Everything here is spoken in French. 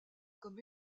comme